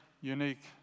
unique